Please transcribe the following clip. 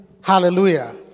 Hallelujah